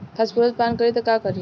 Phosphorus पान करी त का करी?